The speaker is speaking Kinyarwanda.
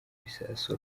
bisasu